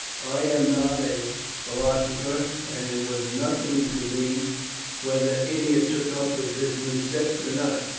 i am not a philosopher, and it was nothing to me whether ennia took up with this new sect or not.